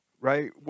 right